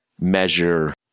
measure